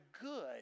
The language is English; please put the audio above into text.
good